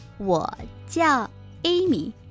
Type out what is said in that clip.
我叫Amy